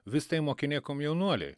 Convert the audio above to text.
vis tai mokinė komjaunuoliai